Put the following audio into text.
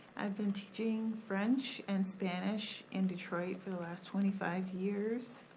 i've been teaching french and spanish in detroit for the last twenty five years.